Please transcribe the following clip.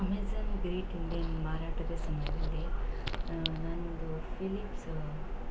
Amazon great Indian ಮಾರಾಟದ ಸಮಯದಲ್ಲಿ ನನ್ನದು ಪಿಲಿಪ್ಸು